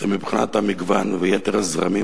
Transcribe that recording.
זה מבחינת המגוון ויתר הזרמים,